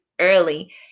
early